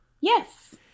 Yes